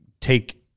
take